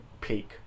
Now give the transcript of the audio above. peak